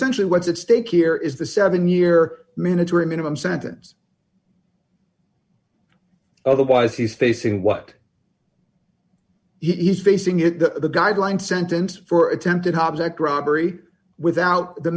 essentially what's at stake here is the seven year mandatory minimum sentence otherwise he's facing what he's facing in the guideline sentence for attempted object robbery without the